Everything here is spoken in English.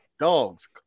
Dogs